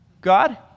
God